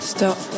Stop